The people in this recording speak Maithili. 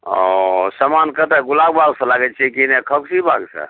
ओ समान कतऽ गुलाबबागसँ लाबै छियै कि नहि खकसीबागसँ